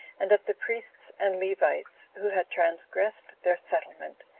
and of the priests and levites, who had transgressed their settlement,